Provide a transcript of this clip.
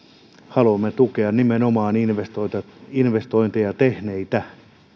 haluamme tukea nimenomaan investointeja investointeja tehneitä